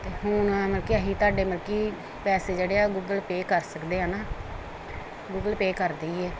ਅਤੇ ਹੁਣ ਮਲ ਕਿ ਅਸੀਂ ਤੁਹਾਡੇ ਮਲ ਕਿ ਪੈਸੇ ਜਿਹੜੇ ਆ ਗੁਗਲ ਪੇ ਕਰ ਸਕਦੇ ਹਾਂ ਨਾ ਗੂਗਲ ਪੇ ਕਰ ਦਈਏ